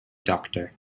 doctor